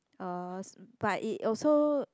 uh but it also